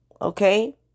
Okay